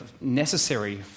necessary